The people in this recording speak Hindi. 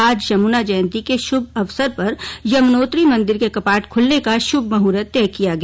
आज यमुना जयंती के शुभ अवसर पर यमुनोत्री मंदिर के कपाट खुलने का शुभ मुहूर्त तय किया गया